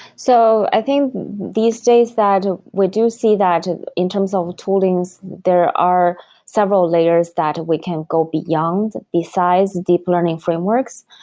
so i think these days that we do see that in terms of toolings, there are several layers that we can go beyond besides deep learning frameworks.